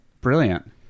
Brilliant